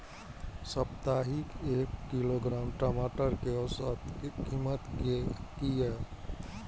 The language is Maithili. साप्ताहिक एक किलोग्राम टमाटर कै औसत कीमत किए?